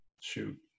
shoot